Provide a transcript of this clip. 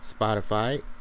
Spotify